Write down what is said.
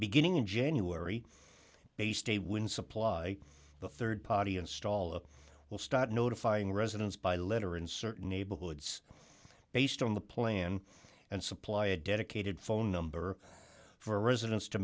beginning in january they stay when supply the rd party installer will start notifying residents by letter in certain neighborhoods based on the plan and supply a dedicated phone number for residents to